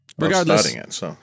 Regardless